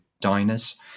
diners